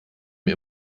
mir